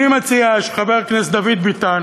אני מציע שחבר הכנסת דוד ביטן